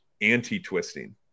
anti-twisting